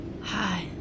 Hi